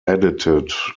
edited